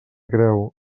creu